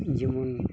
ᱡᱮᱢᱚᱱ